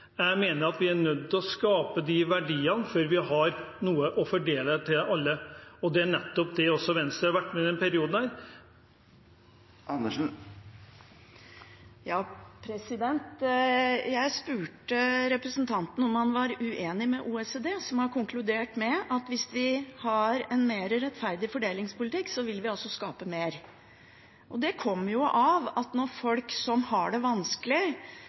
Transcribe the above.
Jeg mener at vi er nødt til å skape verdier før vi har noe å fordele til alle, og det er nettopp det Venstre har vært med på i denne perioden. Jeg spurte representanten om han var uenig med OECD, som har konkludert med at hvis vi har en mer rettferdig fordelingspolitikk, vil vi også skape mer. Det kommer av at når folk som har det vanskelig,